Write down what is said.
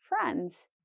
friends